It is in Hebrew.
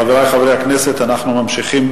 חברי חברי הכנסת, אנחנו ממשיכים.